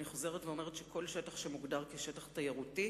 אני חוזרת ואומרת שכל שטח שמוגדר כשטח תיירותי